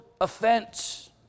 offense